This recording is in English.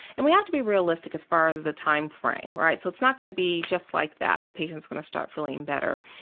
and we have to be realistic as far as the time frame. so it's not going to be just like that, the patient is going to start feeling better,